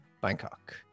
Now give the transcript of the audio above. Bangkok